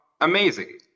amazing